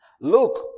look